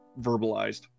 verbalized